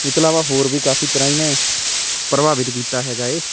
ਇਹ ਤੋਂ ਇਲਾਵਾ ਹੋਰ ਵੀ ਕਾਫੀ ਤਰ੍ਹਾਂ ਇਹਨੇ ਪ੍ਰਭਾਵਿਤ ਕੀਤਾ ਹੈਗਾ ਹੈ